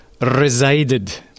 resided